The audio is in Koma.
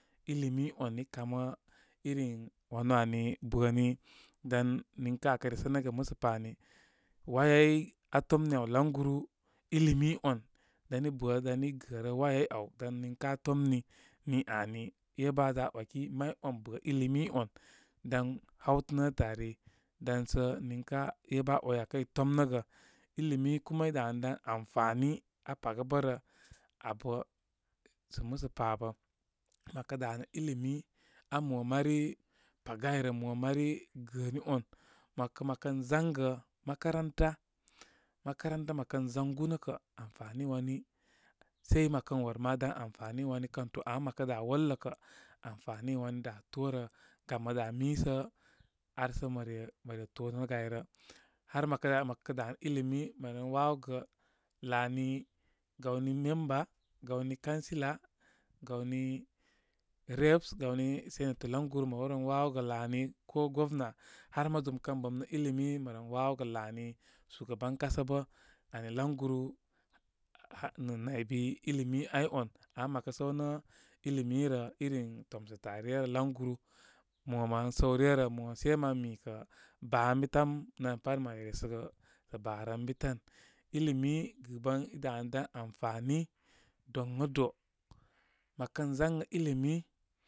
Ilimi oni kamə iri wanu ani bəni dan niŋkə akə resənəgə musə pa ani wayayi atemni áw laŋguru ilimi on dan i ɓa dan i gərə wayayi áw dan niŋkəaa tomni. Ni ani ébə aa za aa ‘waki. May on bə ilimi on dan hawtə nétə ari dan sə niŋkə ébə aa ‘way akəy tomnəgə. Ilimi kuma i danədan amfani aa paga bərə. Abə sə musə pa abə, mə kə dá nə ilimi á mo mari paga ayrə mo mari gəəni on. Mə ‘wakə məkən zaygə makaranta, makaranta mə kən zaygu nə kə amfani wani sai mə kən wor ma dan amfani wani kən to. Ama məkə dá wolə kə amfani wani dá torə. Gam mə dá mi sə ar sə mə re tonəgə áy rə nar mə kə za mə kə danə ilimi mə ren wawaogə laani, gawni member. gawni councillor, gawni reps, gawni senator, lanyguru mə rew ren wawogə laa ni. Ko govna. Har ma zum kə bə nə ilimi mə ren wawogə laani shugaban kasa bə. Ani layguru ha nə naybi ilimi áy on. Ama mə kə səw nə ilimi rə, irin tomsətə ar ryə rə languru mo mən səwre rə mosei mami kə baa ən bi tan. Namya pat mə re yesəgə sə baa rə ən bi tan. Ilimi gɨban i danədan amfani doŋado. mə kən zangə ilimi.